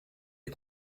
des